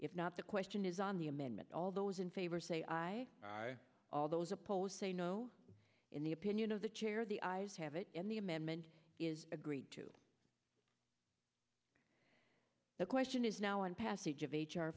if not the question is on the amendment all those in favor say aye all those opposed say no in the opinion of the chair the eyes have it in the amendment is agreed to the question is now on passage of